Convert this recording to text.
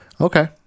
Okay